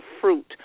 fruit